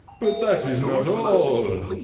but that is not all.